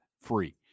Free